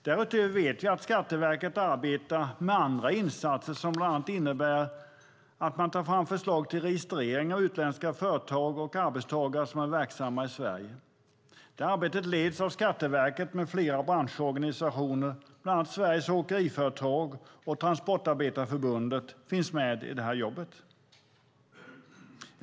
Därutöver vet jag att Skatteverket arbetar med andra insatser, som bland annat innebär att man tar fram förslag till registrering av utländska företag och arbetstagare som är verksamma i Sverige. Arbetet leds av Skatteverket, och flera branschorganisationer medverkar - bland annat Sveriges Åkeriföretag och Transportarbetareförbundet finns med i det här jobbet.